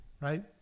Right